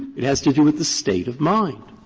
it has to do with the state of mind,